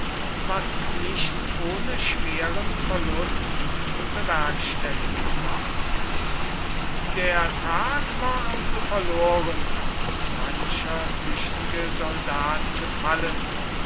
was nicht ohne schweren verlust bewerkstelligt ward der tag war also verloren und mancher tüchtige soldat gefallen